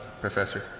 Professor